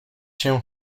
się